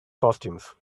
costumes